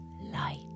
light